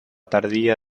tardía